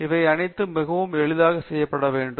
இவை அனைத்தும் மிகவும் எளிதாக செய்யப்பட வேண்டும்